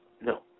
No